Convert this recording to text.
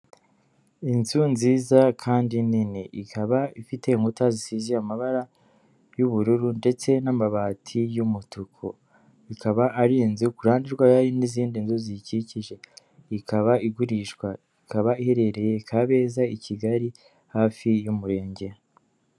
Inzu nziza kandi nini, ikaba ifite inkuta zisizeye amabara y'ubururu ndetse n'amabati y'umutuku, ikaba ari inzu ku ruhande rwayo hari n'izindi nzu ziyikikije, ikaba igurishwa, ikaba iherereye Kabeza i Kigali hafi y'umurenge.